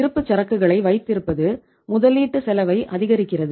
இருப்புச்சரக்குகளை வைத்திருப்பது முதலீட்டு செலவை அதிகரிக்கிறது